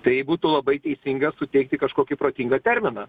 tai būtų labai teisinga suteikti kažkokį protingą terminą